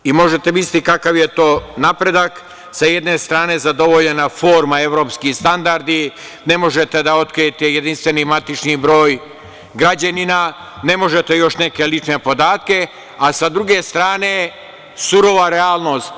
I možete misliti kakav je to napredak, sa jedne strane zadovoljena forma, evropski standardi, ne možete da otkrijete jedinstveni matični broj građanina, ne možete još neke lične podatke, a sa druge strane surova realnost.